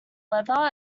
leather